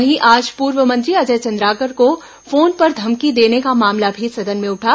वहीं आज पूर्व मंत्री अजय चंद्राकर को फोन पर धमकी देने का मामला भी सदन में उठा